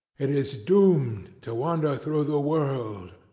it is doomed to wander through the world